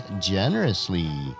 generously